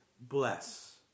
bless